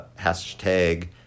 hashtag